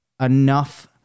enough